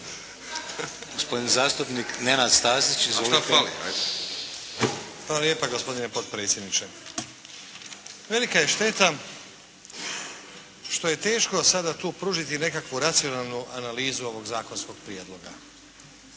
Gospodin zastupnik Nenad Stazić. Izvolite. **Stazić, Nenad (SDP)** Hvala lijepa gospodine potpredsjedniče. Velika je šteta što je teško sada tu pružiti nekakvu racionalnu analizu ovog zakonskog prijedloga